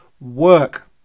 work